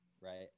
right